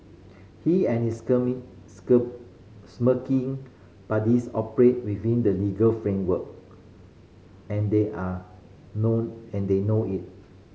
he and his smirking buddies operate within the legal framework and they are know and they know it